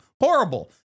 horrible